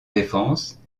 défense